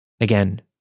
Again